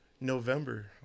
November